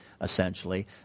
essentially